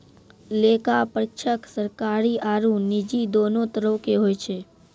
लेखा परीक्षक सरकारी आरु निजी दोनो तरहो के होय छै